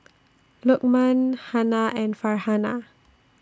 Lukman Hana and Farhanah